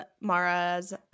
Mara's